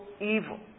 evil